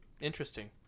Interesting